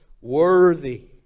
worthy